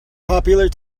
popular